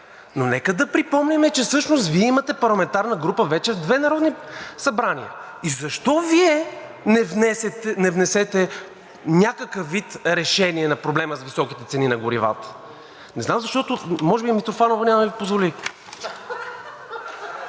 Но нека да припомним, че всъщност имате парламентарна група вече в две народни събрания! Защо Вие не внесете някакъв вид решение на проблема с високите цени на горивата? Не знам, защото може би Митрофанова няма да Ви позволи.